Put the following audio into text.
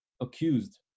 accused